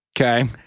Okay